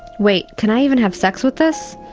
wait, can i even have sex with this?